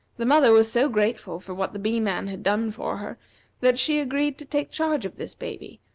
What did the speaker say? the mother was so grateful for what the bee-man had done for her that she agreed to take charge of this baby,